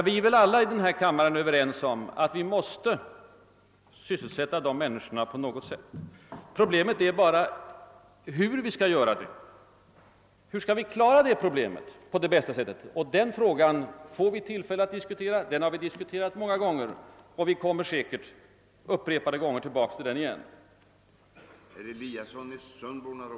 Vi är alla här i kammaren överens om att vi måste sysselsätta de människorna på något sätt. Problemet är bara hur vi skall göra det. Hur skall vi klara det problemet? Den frågan har vi diskuterat många gånger, och vi kommer säkert många gånger tillbaka till den innan vi når en lösning.